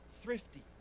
thrifty